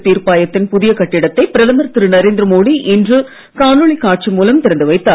தீர்ப்பாயத்தின் புதிய கட்டிடத்தை பிரதமர் திரு நரேந்திர மோடி இன்று காணொளி காட்சி மூலம் திறந்து வைத்தார்